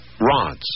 Rods